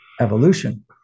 evolution